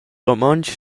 romontsch